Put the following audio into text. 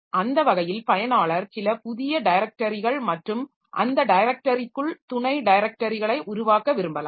அந்த வகையில் பயனாளர் சில புதிய டைரக்டரிகள் மற்றும் அந்த டைரக்டரிக்குள் துணை டைரக்டரிகளை உருவாக்க விரும்பலாம்